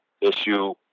issue